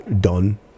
done